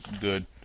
good